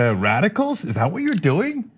ah radicals, is that what you're doing?